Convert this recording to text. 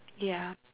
yeah